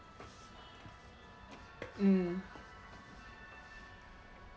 mm